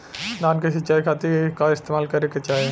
धान के सिंचाई खाती का इस्तेमाल करे के चाही?